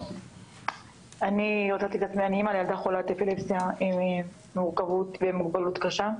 אני אימא לילדה חולת אפילפסיה עם מורכבות ומוגבלות קשה.